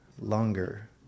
longer